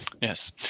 Yes